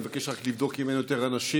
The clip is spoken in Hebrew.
אני מבקש לבדוק אם אין יותר אנשים,